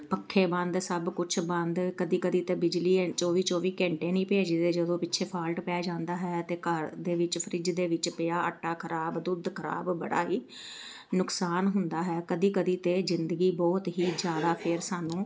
ਪੱਖੇ ਬੰਦ ਸਭ ਕੁਛ ਬੰਦ ਕਦੇ ਕਦੇ ਤਾਂ ਬਿਜਲੀ ਚੌਵੀ ਚੌਵੀ ਘੰਟੇ ਨਹੀਂ ਭੇਜਦੇ ਜਦੋਂ ਪਿੱਛੇ ਫਾਲਟ ਪੈ ਜਾਂਦਾ ਹੈ ਅਤੇ ਘਰ ਦੇ ਵਿੱਚ ਫਰਿੱਜ ਦੇ ਵਿੱਚ ਪਿਆ ਆਟਾ ਖਰਾਬ ਦੁੱਧ ਖਰਾਬ ਬੜਾ ਹੀ ਨੁਕਸਾਨ ਹੁੰਦਾ ਹੈ ਕਦੇ ਕਦੇ ਅਤੇ ਜ਼ਿੰਦਗੀ ਬਹੁਤ ਹੀ ਜ਼ਿਆਦਾ ਫਿਰ ਸਾਨੂੰ